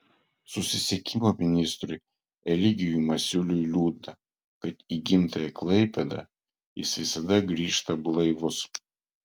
susisiekimo ministrui eligijui masiuliui liūdna kad į gimtąją klaipėdą jis visada grįžta blaivus